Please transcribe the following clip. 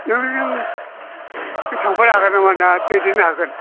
नोंजों थांफानो हागोन नामा ना दैदेननो हागोन